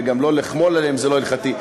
וגם לא לחמול עליהם זה לא הלכתי.